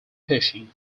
pushing